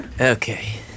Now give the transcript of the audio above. Okay